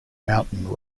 mountain